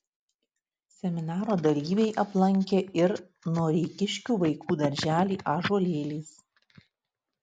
seminaro dalyviai aplankė ir noreikiškių vaikų darželį ąžuolėlis